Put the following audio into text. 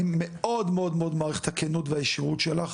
אני מאוד מאוד מעריך את הכנות והישירות שלך.